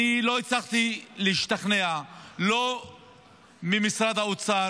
אני לא הצלחתי להשתכנע לא ממשרד האוצר